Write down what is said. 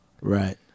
right